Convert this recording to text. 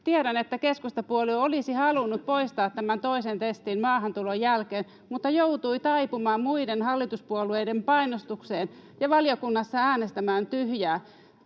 Tiedän, että keskustapuolue olisi halunnut poistaa tämän toisen testin maahantulon jälkeen mutta joutui taipumaan muiden hallituspuolueiden painostukseen ja valiokunnassa äänestämään tyhjää.